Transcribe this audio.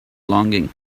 longing